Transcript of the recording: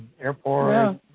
airport